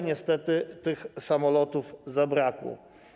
Niestety tych samolotów zabrakło.